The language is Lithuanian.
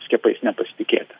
skiepais nepasitikėti